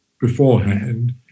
beforehand